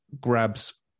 grabs